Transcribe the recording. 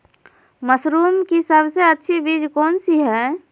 Mushroom की सबसे अच्छी बीज कौन सी है?